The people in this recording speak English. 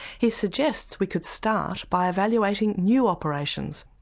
he suggests we could start by evaluating new operations.